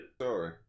Sorry